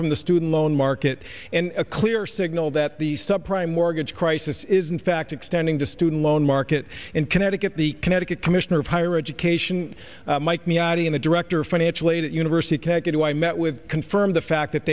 from the student loan market and a clear signal that the sub prime mortgage crisis is in fact extending to student loan market in connecticut the connecticut commissioner of higher education mike miata in the director financial aid at university of connecticut who i met with confirmed the fact that